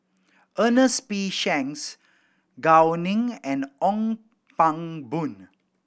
Ernest P Shanks Gao Ning and Ong Pang Boon